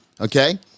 okay